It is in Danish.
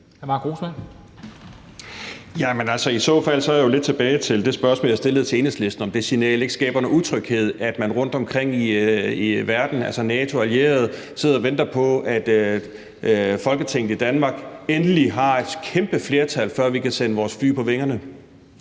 (V): Jamen i så fald er jeg jo lidt tilbage ved det spørgsmål, som jeg stillede til Enhedslisten, altså om det signal ikke skaber noget utryghed, ved at man rundtomkring i verden, altså hos NATO's allierede, sidder og venter på, at man i Folketinget i Danmark endelig har et kæmpe flertal, før vi kan sende vores fly på vingerne.